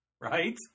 Right